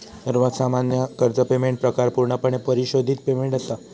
सर्वात सामान्य कर्ज पेमेंट प्रकार पूर्णपणे परिशोधित पेमेंट असा